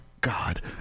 God